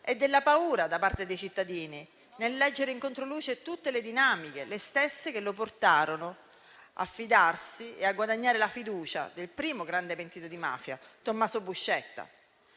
e della paura da parte dei cittadini e di leggerne in controluce tutte le dinamiche, le stesse che lo portarono a fidarsi e a guadagnare la fiducia del primo grande pentito di mafia, Tommaso Buscetta.